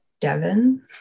Devon